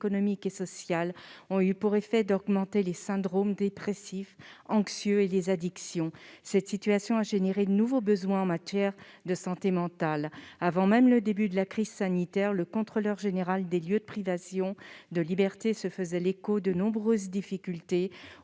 et sociales, ont eu pour effet d'augmenter les syndromes dépressifs, anxieux et les addictions. Cette situation a engendré de nouveaux besoins en matière de santé mentale. Avant même le début de la crise sanitaire, le contrôleur général des lieux de privation de liberté se faisait l'écho des nombreuses difficultés